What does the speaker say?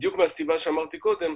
בדיוק מהסיבה שאמרתי קודם,